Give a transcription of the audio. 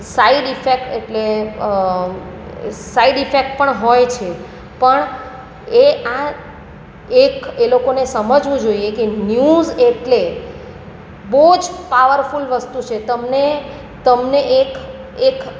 side effect એટલે side effect પણ હોય છે પણ એ આ એક એ લોકોને સમજવું જોઈએ કે ન્યૂઝ એટલે બહુ જ પાવરફૂલ વસ્તુ છે તમને તમને એક એક